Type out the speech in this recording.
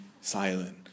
silent